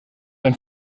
dein